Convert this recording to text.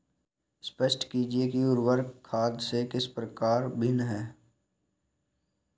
स्पष्ट कीजिए कि उर्वरक खाद से किस प्रकार भिन्न है?